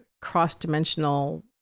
cross-dimensional